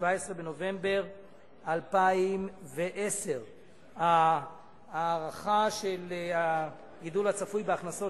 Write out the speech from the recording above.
17 בנובמבר 2010. הגידול הצפוי בהכנסות